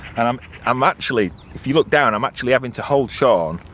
and i'm i'm actually. if you look down, i'm actually having to hold shaun.